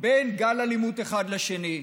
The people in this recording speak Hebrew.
בין גל אלימות אחד לשני.